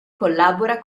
collabora